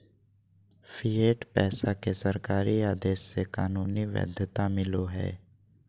fiat पैसा के सरकारी आदेश से कानूनी वैध्यता मिलो हय